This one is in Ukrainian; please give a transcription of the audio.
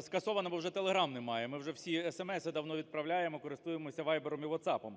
скасована, бо вже телеграм немає. Ми вже всі sms давно відправляємо, користуємось Viber і WhatsApp.